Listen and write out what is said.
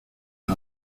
las